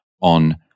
on